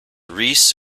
rhys